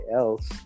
else